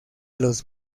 los